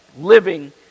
living